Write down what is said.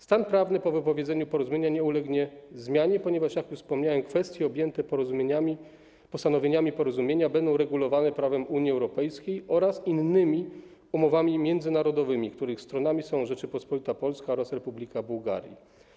Stan prawny po wypowiedzeniu porozumienia nie ulegnie zmianie, ponieważ, jak już wspominałem, kwestie objęte postanowieniami porozumienia będą regulowane prawem Unii Europejskiej oraz innymi umowami międzynarodowymi, których stronami są Rzeczpospolita Polska oraz Republika Bułgarii.